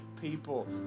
people